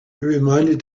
reminded